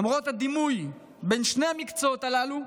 למרות הדומה בין שני המקצועות הללו,